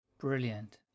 brilliant